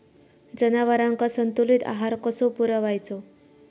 जनावरांका संतुलित आहार कसो पुरवायचो?